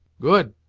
good!